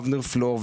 אבנר פלור,